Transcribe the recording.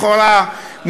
לכאורה,